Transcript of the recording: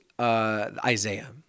Isaiah